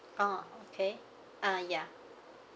oh okay uh ya